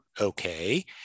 okay